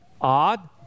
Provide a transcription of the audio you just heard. odd